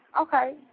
okay